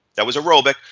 that was anaerobic,